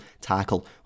tackle